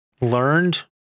learned